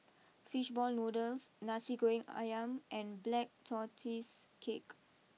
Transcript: Fish Ball Noodles Nasi Goreng Ayam and Black Tortoise Cake